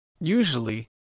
Usually